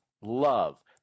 Love